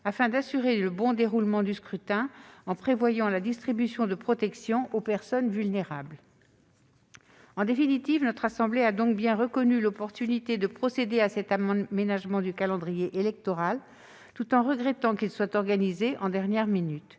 afin d'assurer le bon déroulement du scrutin, en prévoyant la distribution de protections aux personnes vulnérables. En définitive, notre assemblée a donc bien reconnu l'opportunité de procéder à cet aménagement du calendrier électoral, tout en regrettant qu'il soit organisé en dernière minute.